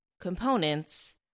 components